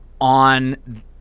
on